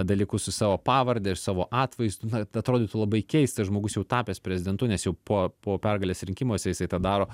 dalykus su savo pavarde ir savo atvaizdu na atrodytų labai keistas žmogus jau tapęs prezidentu nes jau po po pergalės rinkimuose jisai tą daro